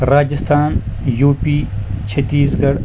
Rajasthan U P چھٔتیٖس Garh